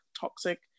toxic